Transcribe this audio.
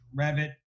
Revit